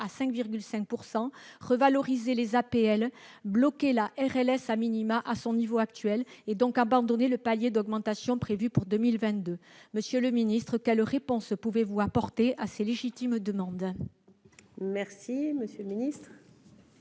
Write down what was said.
à 5,5 %, revaloriser les APL, bloquer la RLS à son niveau actuel et, par conséquent, abandonner le palier d'augmentation prévu pour 2022. Monsieur le ministre, quelles réponses pouvez-vous apporter à ces légitimes demandes ? La parole est à M. le ministre.